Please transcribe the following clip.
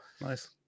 nice